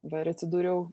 va ir atsidūriau